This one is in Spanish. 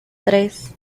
tres